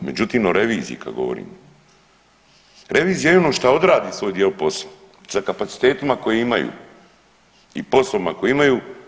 Međutim, o reviziji kada govorim, revizija je ono što odradi svoj dio posla sa kapacitetima koje imaju i poslovima koje imaju.